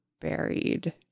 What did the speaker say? buried